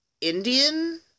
Indian